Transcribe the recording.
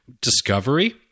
discovery